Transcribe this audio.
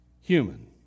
human